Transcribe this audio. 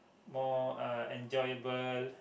more uh enjoyable